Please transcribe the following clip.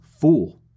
fool